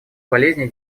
болезни